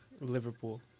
Liverpool